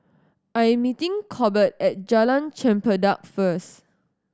I am meeting Corbett at Jalan Chempedak first